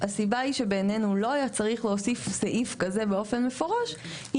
הסיבה שבעינינו לא היה צריך להוסיף סעיף כזה באופן מפורש היא